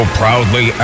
proudly